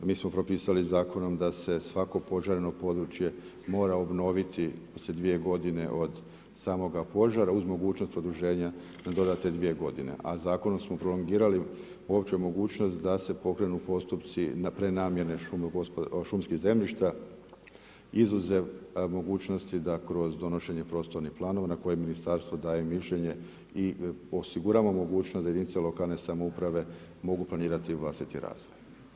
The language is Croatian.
Mi smo propisali zakonom da se svako požarno područje mora obnoviti poslije 2 godine od samoga požara, uz mogućnost oduženja na dodatne 2 godine, a zakonom smo prolongirali uopće mogućnost da se pokrenu postupci na prenamjene šumskih zemljišta, izuzev mogućnosti da kroz donošenje prostornih planova na koje ministarstvo daje mišljenje i osigurava mogućnost da jedinice lokalne samouprave mogu planirati vlastiti razvoj.